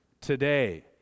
today